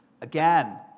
Again